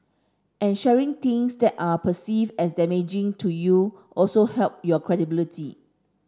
and sharing things that are perceived as damaging to you also help your credibility